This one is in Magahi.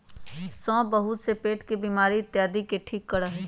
सौंफ बहुत से पेट के बीमारी इत्यादि के ठीक करा हई